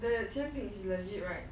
the 甜品 is legit right